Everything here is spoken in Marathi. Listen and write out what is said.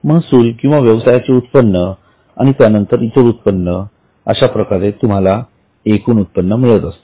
महसूल किंवा व्यवसायाचे उत्पन्न आणि त्यानंतर इतर उत्पन्न अशाप्रकारे तुम्हाला एकूण उत्पन्न मिळते